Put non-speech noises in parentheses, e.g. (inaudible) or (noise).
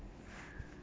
(breath)